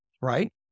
right